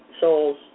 souls